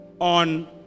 on